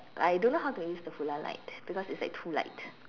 I don't know how to use the Hoola light because it's like too light